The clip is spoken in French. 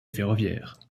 ferroviaire